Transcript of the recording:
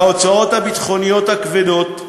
וההוצאות הביטחוניות הכבדות,